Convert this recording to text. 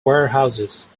warehouses